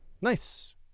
Nice